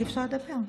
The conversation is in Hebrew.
אי-אפשר לדבר.